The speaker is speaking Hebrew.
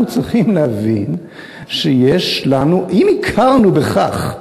אנחנו צריכים להבין שיש לנו, אם הכרנו בכך,